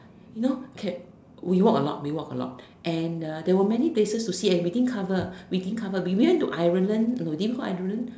you know the we walk a lot we walk a lot and uh there were many places to see everything we didn't cover we didn't cover we went to Ireland no did we go Ireland